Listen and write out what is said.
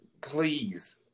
please